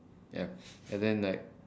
yup and then like